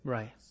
Right